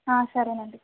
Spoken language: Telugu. సరే నండి